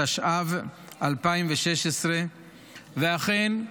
התשע"ו 2016. ואכן,